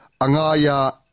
angaya